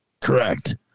Correct